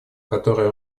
который